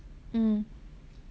mm